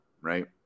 Right